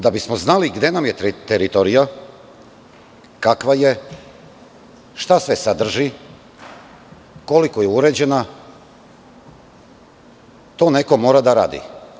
Da bismo znali gde nam je teritorija, kakva je, šta sve sadrži, koliko je uređena, to neko mora da radi.